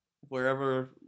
wherever